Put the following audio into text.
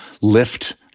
lift